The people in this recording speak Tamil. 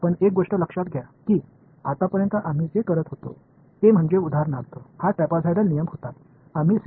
இப்போது நாம் இதுவரை செய்து கொண்டிருந்த எடுத்துக்காட்டு என்பது ஒரு ட்ரெப்சாய்டல் விதி